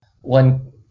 one